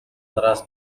нараас